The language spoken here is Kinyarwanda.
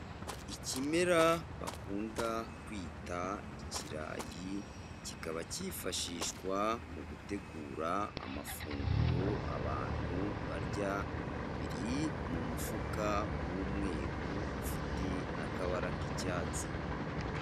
Ikimera bakunda kwita ikirayi, kikaba cyifashishwa mu gutegura amafunguro abantu barya, biri mu mufuka w'umweru ufite n'akabara k'icyatsi.